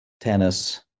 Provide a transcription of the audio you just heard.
tennis